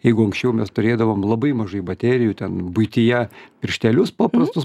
jeigu anksčiau mes turėdavom labai mažai baterijų ten buityje pirštelius paprastus